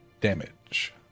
damage